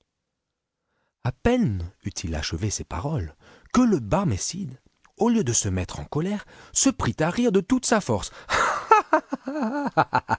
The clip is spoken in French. a peine eut-il achevé ces paroles que le barmécide au lieu de se mettre en colère se prit à rire de toute sa force